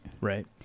Right